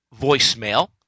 voicemail